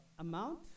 Amount